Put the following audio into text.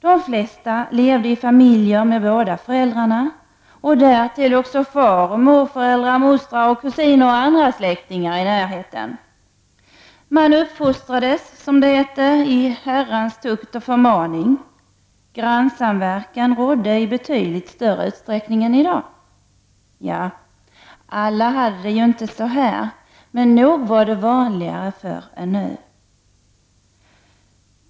De flesta levde i familjer med båda föräldrarna och därtill också fareller morföräldrar, mostrar, kusiner och andra släktingar i närheten. Man uppfostrades i herrans tukt och förmaning, som det hette. Grannsamverkan rådde i betydligt större utsträckning än i dag. Ja, alla hade det ju inte så här, men nog var det vanligare förr än nu.